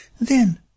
Then